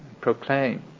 proclaim